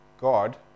God